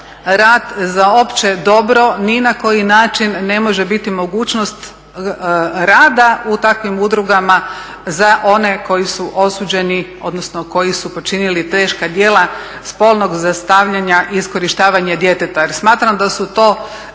rad za opće dobro ni na koji način ne može biti mogućnost rada u takvim udrugama za one koji su osuđeni odnosno koji su počinili teška djela spolnog zlostavljanja i iskorištavanja djeteta. Jer smatram da su to